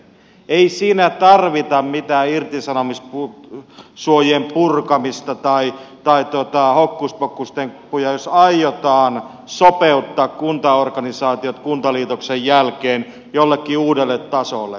ei siinä tarvita mitään irtisanomissuojien purkamista tai hokkuspokkustemppuja jos aiotaan sopeuttaa kuntaorganisaatiot kuntaliitoksen jälkeen jollekin uudelle tasolle